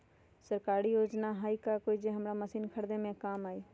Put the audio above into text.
सरकारी योजना हई का कोइ जे से हमरा मशीन खरीदे में काम आई?